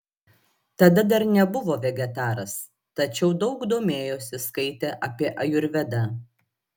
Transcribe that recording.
tada dar nebuvo vegetaras tačiau daug domėjosi skaitė apie ajurvedą